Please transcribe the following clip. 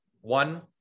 one